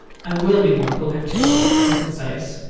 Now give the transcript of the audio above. i will be more collected more concise.